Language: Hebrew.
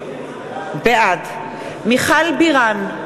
בעד מיכל בירן,